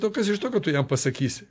to kas iš tokio kad tu jam pasakysi